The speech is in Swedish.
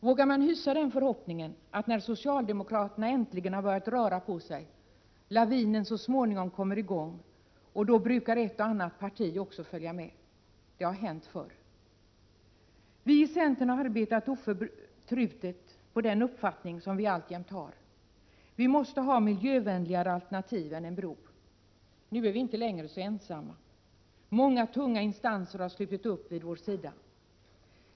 Vågar man hysa den förhoppningen att när socialdemokraterna äntligen har börjat röra på sig, lavinen så småningom kommer i gång, och då brukar några andra partier också följa med. Detta har hänt förr. Vi i centern har oförtrutet arbetat på den uppfattning som vi alltjämt har: vi måste ha miljövänligare alternativ än en bro. Nu är vi inte längre så ensamma. Många tunga instanser har slutit upp vid vår sida.